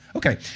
Okay